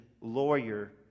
lawyer